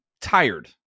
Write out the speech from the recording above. tired